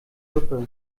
suppe